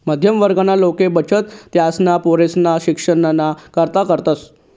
मध्यम वर्गना लोके बचत त्यासना पोरेसना शिक्षणना करता करतस